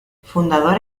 fundadora